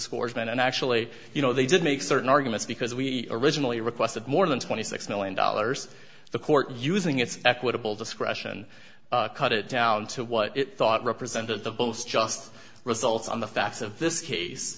discourse and actually you know they did make certain arguments because we originally requested more than twenty six million dollars the court using its equitable discretion cut it down to what it thought represented the bills just results on the facts of this case